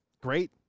Great